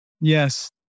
Yes